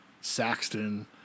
Saxton